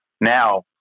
now